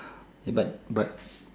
but but